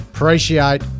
Appreciate